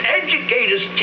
educators